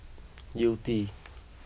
Yew Tee